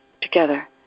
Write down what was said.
together